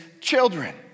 children